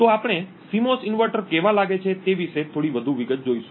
તો આપણે CMOS inverter કેવા લાગે છે તે વિશે થોડી વધુ વિગત જોઈશું